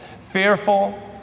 fearful